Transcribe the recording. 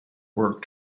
work